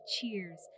cheers